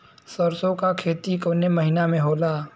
सरसों का खेती कवने महीना में होला?